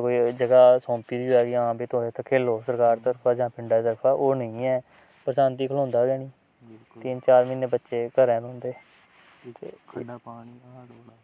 कोई ते आं जगह सौंपी दी होऐ की तुस जी खेलो सरकार तरफा जां पिंडै तरफा ओह् निं ऐ बरसांती खलोंदा गै नेईं तीन चार म्हीनै बच्चे घरा निं निकलदे